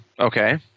okay